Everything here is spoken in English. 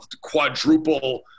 quadruple